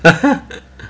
I